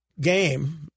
game